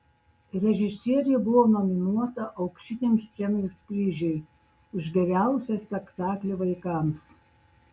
režisierė buvo nominuota auksiniam scenos kryžiui už geriausią spektaklį vaikams